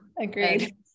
Agreed